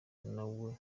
nawe